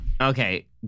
Okay